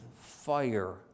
fire